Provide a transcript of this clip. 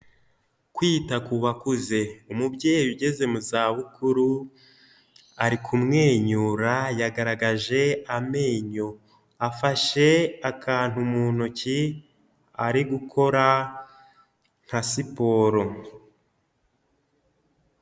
Kwita ku bakuze, umubyeyi ugeze mu zabukuru, ari kumwenyura yagaragaje amenyo afashe akantu mu ntoki ari gukora nka siporo.